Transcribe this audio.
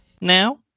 now